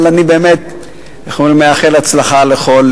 אבל אני באמת מאחל הצלחה לכל,